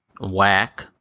whack